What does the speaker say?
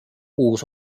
uus